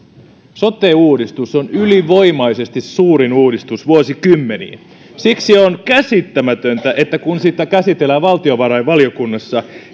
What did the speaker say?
sote uudistus on ylivoimaisesti suurin uudistus vuosikymmeniin siksi on käsittämätöntä että kun sitä käsitellään valtiovarainvaliokunnassa